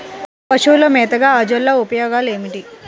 పశువుల మేతగా అజొల్ల ఉపయోగాలు ఏమిటి?